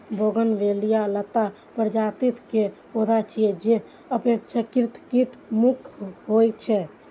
bougainvillea लता प्रजाति के पौधा छियै, जे अपेक्षाकृत कीट मुक्त होइ छै